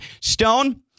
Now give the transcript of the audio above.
stone